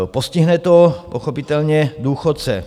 Postihne to pochopitelně důchodce.